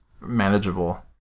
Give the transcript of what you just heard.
manageable